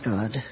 God